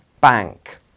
bank